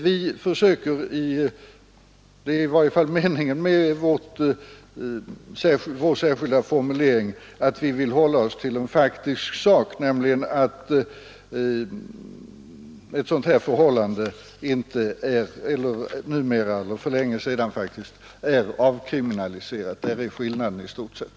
Vi försöker faktiskt — det är i varje fall meningen med vår särskilda formulering — att hålla oss till saken, nämligen att ett sådant här förhållande för länge sedan är avkriminaliserat. Där ligger skillnaden i stort sett.